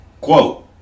Quote